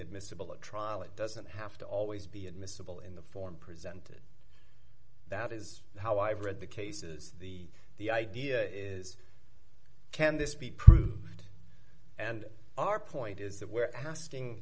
admissible at trial it doesn't have to always be admissible in the form presented that is how i've read the cases the the idea is can this be proved and our point is that we're asking